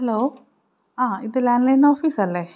hello ആ ഇത് landline ഓഫീസല്ലേ